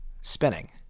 spinning